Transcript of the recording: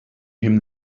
him